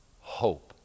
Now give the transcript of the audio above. hope